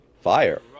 Fire